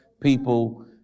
people